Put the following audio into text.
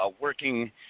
working